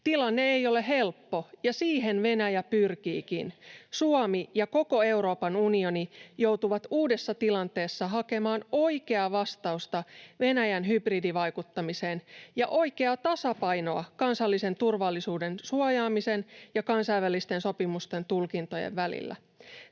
Tilanne ei ole helppo, ja siihen Venäjä pyrkiikin. Suomi ja koko Euroopan unioni joutuvat uudessa tilanteessa hakemaan oikeaa vastausta Venäjän hybridivaikuttamiseen ja oikeaa tasapainoa kansallisen turvallisuuden suojaamisen ja kansainvälisten sopimusten tulkintojen välillä.